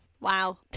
Wow